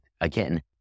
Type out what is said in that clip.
again